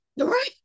right